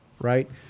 right